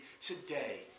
today